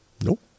nope